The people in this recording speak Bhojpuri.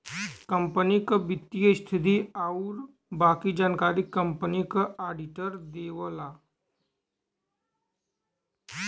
कंपनी क वित्तीय स्थिति आउर बाकी जानकारी कंपनी क आडिटर देवला